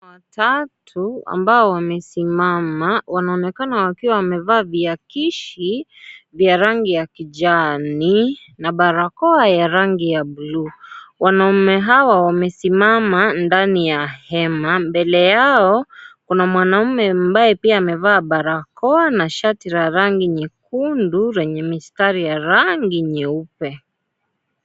Watatu ambao wamesimama wanaonekana wakiwa wamevaa viakishi vya rangi ya kijani na barakoa ya rangi ya bluu. Wanaume hawa wamesimama ndani ya hema mbele yao kuna mwanaume ambaye pia amevaa barakoa na shati la rangi nyekundu lenye mistari ya rangi nyeupe.